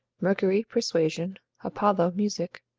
mercury persuasion, apollo music,